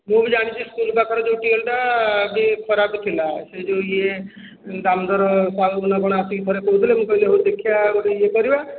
ମୁଁ ବି ଜାଣିଛି ସ୍କୁଲ ପାଖରେ ଯେଉଁ ଟିୱେଲ ଟା ବି ଖରାପେ ଥିଲା ସେ ଯେଉଁ ଇଏ ଦାମଦର ସାହୁ ନା କ'ଣ ଆସିକି ଥରେ କହୁଥିଲେ ମୁଁ କହିଲି ହଉ ଦେଖିଆ ଗୋଟେ ଇଏ କରିବା